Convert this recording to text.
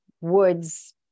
woods